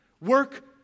Work